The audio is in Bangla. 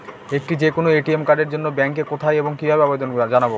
একটি যে কোনো এ.টি.এম কার্ডের জন্য ব্যাংকে কোথায় এবং কিভাবে আবেদন জানাব?